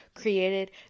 created